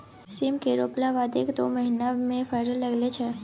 सीम केँ रोपला बाद एक दु महीना मे फरय लगय छै